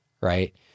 right